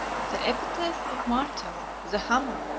the epithet of martel, the hammer,